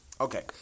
Okay